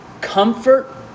Comfort